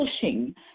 pushing